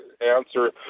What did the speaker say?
answer